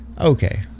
okay